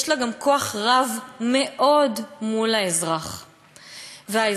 יש לה גם כוח רב מאוד מול האזרח והאזרחית.